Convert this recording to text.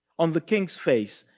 on the king's face,